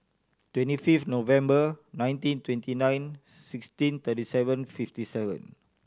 twenty fifth November nineteen twenty nine sixteen thirty seven fifty seven